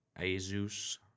Asus